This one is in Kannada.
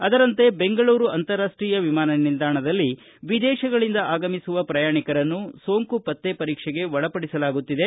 ಅದರಂತೆ ಬೆಂಗಳೂರು ಅಂತಾರಾಷ್ಟೀಯ ವಿಮಾನ ನಿಲ್ದಾಣದಲ್ಲಿ ವಿದೇಶಗಳಿಂದ ಆಗಮಿಸುವ ಪ್ರಯಾಣಿಕರನ್ನು ಸೋಂಕು ಪತ್ತೆ ಪರೀಕ್ಷೆಗೆ ಒಳಪಡಿಸಲಾಗುತ್ತಿದೆ